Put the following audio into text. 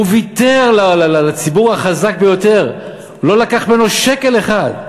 הוא ויתר לציבור החזק ביותר, לא לקח ממנו שקל אחד,